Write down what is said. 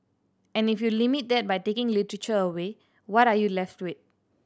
and if you limit that by taking literature away what are you left with